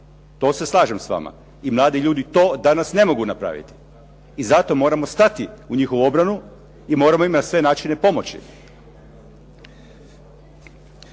to se slažem s vama i mladi ljudi danas to ne mogu napraviti i zato moramo stati u njihovu obranu i moramo im na sve načine pomoći.